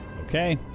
Okay